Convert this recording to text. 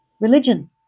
religion